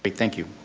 but thank you.